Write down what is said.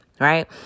Right